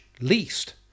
least